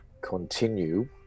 continue